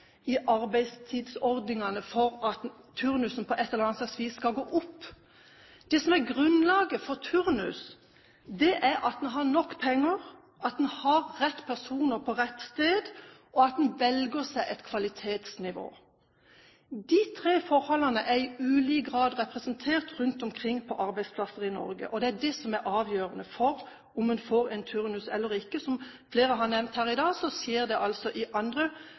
i arbeidstidsordningene for at turnusen på et eller annet slags vis skal gå opp. Det som er grunnlaget for turnus, er at en har nok penger, at en har rett person på rett sted, og at en velger seg et kvalitetsnivå. De tre forholdene er i ulik grad representert rundt omkring på arbeidsplassene i Norge, og det er det som er avgjørende for om en får en turnus eller ikke. Som flere har nevnt her i dag, skjer det i arbeidsforhold der det i